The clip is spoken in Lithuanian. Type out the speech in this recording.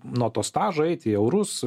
nuo to stažo eiti į eurus